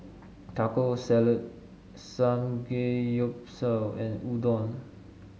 Taco Salad Samgeyopsal and Udon